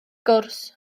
gwrs